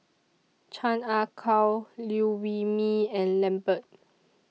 Chan Ah Kow Liew Wee Mee and Lambert